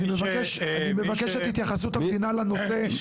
אני מבקש את התייחסות המדינה לנושא.